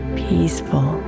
peaceful